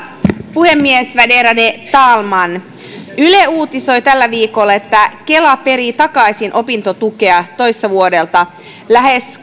puhemies värderade talman yle uutisoi tällä viikolla että kela perii takaisin opintotukea toissa vuodelta lähes